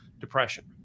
depression